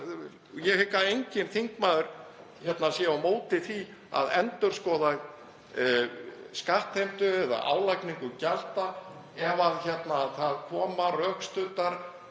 Ég hygg að enginn þingmaður sé á móti því að endurskoða skattheimtu eða álagningu gjalda ef fram koma rökstuddar